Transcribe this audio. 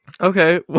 Okay